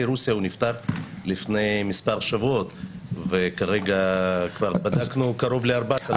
רוסיה נפתח לפני מספר שבועות וכרגע בדקנו קרוב ל-4,000.